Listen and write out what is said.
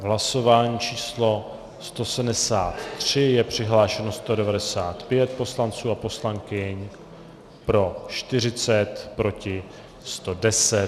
V hlasování číslo 173 je přihlášeno 195 poslanců a poslankyň, pro 40, proti 110.